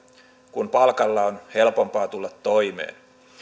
kun palkalla on helpompaa tulla toimeen